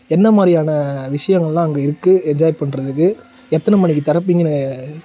என்ன மாதிரியான விஷயங்கள்லாம் அங்கே இருக்குது என்ஜாய் பண்ணுறதுக்கு எத்தனை மணிக்கு திறப்பீங்கன்னு